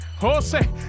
Jose